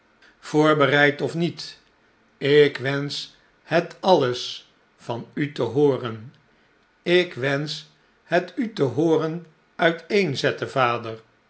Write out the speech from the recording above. voorbereid of niet ik wensch het alles van u te hooren ik wensch het u te hooren uiteenzetten vader